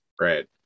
right